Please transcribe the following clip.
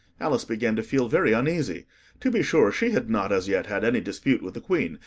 alice began to feel very uneasy to be sure, she had not as yet had any dispute with the queen,